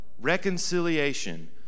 reconciliation